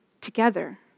together